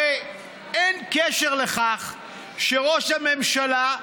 הרי אין קשר לכך שראש הממשלה,